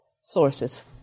sources